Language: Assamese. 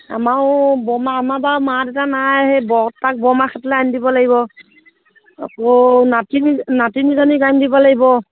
আমাৰো বৰমা আমাৰ বাৰু মা দেইতা নাই সেই বৰদেউতাক বৰমাকহঁতলৈ আনি দিব লাগিব আকৌ নাতিনী নাতিনীজনীক আনি দিব লাগিব